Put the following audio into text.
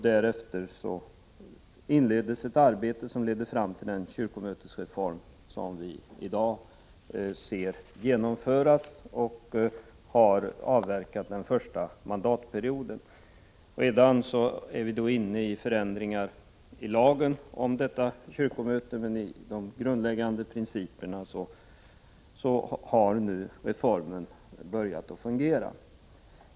Därefter inleddes ett arbete som ledde fram till den kyrkomötesreform som vi i dag ser genomföras. Den första mandatperioden har nu avverkats. Redan är vi inne på förändringar i lagen om detta kyrkomöte. Men i de grundläggande principerna har reformen nu börjat att fungera.